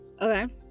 Okay